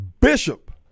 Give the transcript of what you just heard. Bishop